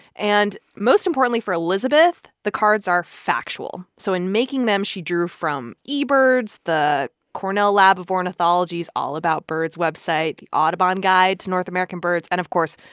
and, most importantly for elizabeth, the cards are factual. so in making them, she drew from ebirds, the cornell lab of ornithology's all about birds website, audubon guide to north american birds, and, of course,